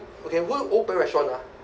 okay restaurant ah